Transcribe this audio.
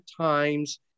times